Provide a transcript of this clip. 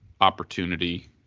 opportunity